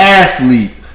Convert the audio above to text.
athlete